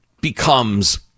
becomes